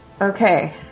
Okay